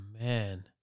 man